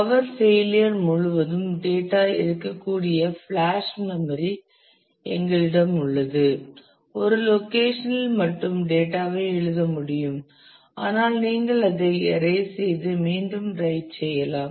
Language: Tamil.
பவர் ஃபெயிலியர் முழுவதும் டேட்டா இருக்கக்கூடிய ஃபிளாஷ் மெம்மரி எங்களிடம் உள்ளது ஒரு லோக்கேஷன் இல் மட்டுமே டேட்டா ஐ எழுத முடியும் ஆனால் நீங்கள் அதை எரைஸ் செய்து மீண்டும் ரைட் செய்யலாம்